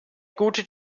gute